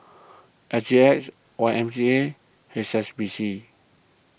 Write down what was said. S G H Y M G A H S B C